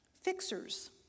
Fixers